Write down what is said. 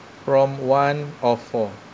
prompt one of four